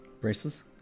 Braces